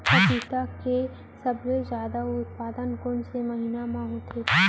पपीता के सबले जादा उत्पादन कोन महीना में होथे?